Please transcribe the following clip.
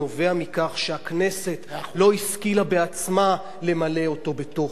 נובע מכך שהכנסת לא השכילה בעצמה למלא אותו בתוכן.